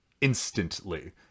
instantly